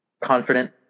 confident